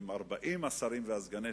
עם אילוצים חיצוניים,